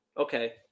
Okay